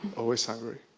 always hungry.